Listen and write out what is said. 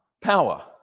power